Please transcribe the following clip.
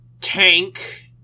tank